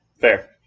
Fair